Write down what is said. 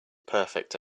perfect